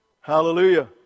Hallelujah